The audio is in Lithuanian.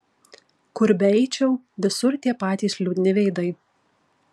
kur beeičiau visur tie patys liūdni veidai